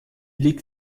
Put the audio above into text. liegt